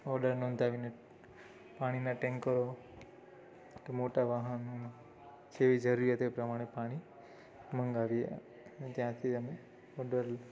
order નોંધાવીને પાણીનાં ટેન્કરો મોટા વાહન જેવી જરૂરિયાત એ પ્રમાણે પાણી મંગાવીએ અને ત્યાંથી અમે ઓડર